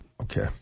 Okay